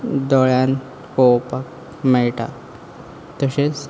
दोळ्यान पोळोपाक मेयटा तशेंच